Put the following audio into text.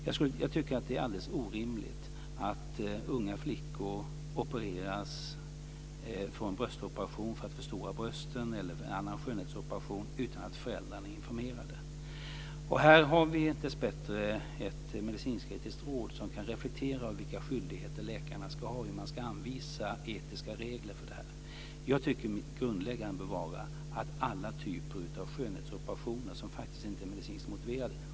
Jag tycker att det är alldeles orimligt att unga flickor får en bröstoperation för att förstora brösten eller någon annan skönhetsoperation utan att föräldrarna är informerade. Här har vi dessbättre ett medicinsk-etiskt råd som kan reflektera över vilka skyldigheter läkarna ska ha och hur man ska anvisa etiska regler för detta. Jag tycker att det grundläggande bör vara att man vid alla typer av skönhetsoperationer som inte är medicinskt motiverade ska ge information till föräldrarna.